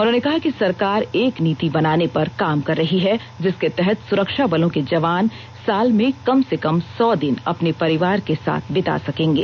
उन्होंने कहा कि सरकार एक नीति बनाने पर काम कर रही है जिसके तहत सुरक्षा बलों के जवान साल में कम से कम सौ दिन अपने परिवार के साथ बिता सकेंगे